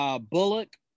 Bullock